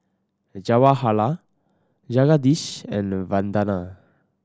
Jawaharlal Jagadish and Vandana